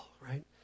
right